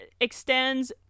extends